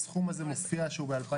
הסכום הזה מופיע שהוא ב-2021.